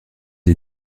des